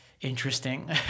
interesting